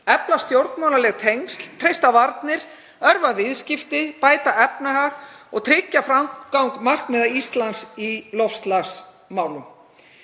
efla stjórnmálaleg tengsl, treysta varnir, örva viðskipti, bæta efnahag og tryggja framgang markmiða Íslands í loftslagsmálum.